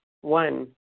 One